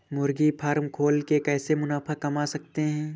मुर्गी फार्म खोल के कैसे मुनाफा कमा सकते हैं?